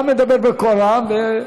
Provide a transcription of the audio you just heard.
גם מדבר בקול רם.